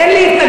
אין לי התנגדות,